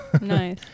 nice